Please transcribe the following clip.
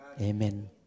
Amen